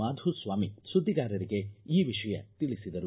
ಮಾಧುಸ್ವಾಮಿ ಸುದ್ದಿಗಾರರಿಗೆ ಈ ವಿಷಯ ತಿಳಿಸಿದರು